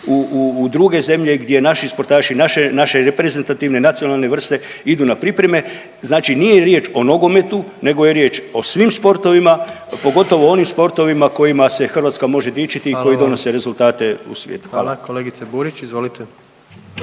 u druge zemlje gdje naši sportaši, naše reprezentativne nacionalne vrste idu na pripreme. Znači nije riječ o nogometu, nego je riječ o svim sportovima, pogotovo onim sportovima kojima se Hrvatska može dičiti …… /Upadica predsjednik: Hvala vam./… … i koji donose